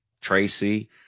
Tracy